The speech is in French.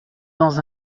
dans